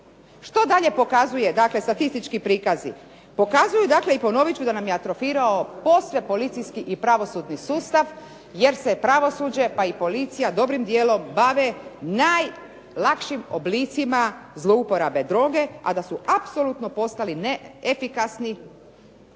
Što dalje pokazuju dakle statistički prikazi? Pokazuju dakle i ponovit ću da nam je atrofirao posve policijski i pravosudni sustav jer se pravosuđe pa i policija dobrim dijelom bave najlakšim oblicima zlouporabe droge, a da su apsolutno postali neefikasni